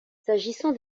s’agissant